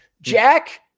Jack